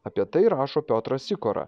apie tai rašo piotras sikora